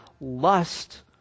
lust